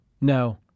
No